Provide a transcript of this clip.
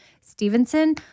Stevenson